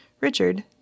Richard